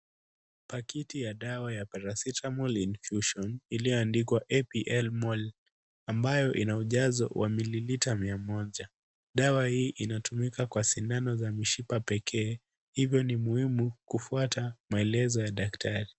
Pakiti ya dawa ya Paracetamol Infusion iliyoandikwa APL MOL, ambayo ina ujazo wa mililita mia moja. Dawa hii inatumika kwa sindano za mishipa pekee, hivyo ni muhimu kufuata maelezo ya daktari.